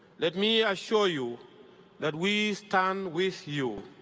let me assure you that we stand with you,